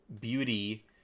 beauty